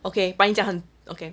okay but 你讲 okay